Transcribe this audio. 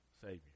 Savior